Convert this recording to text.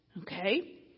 Okay